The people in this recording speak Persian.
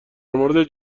مورد